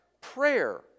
prayer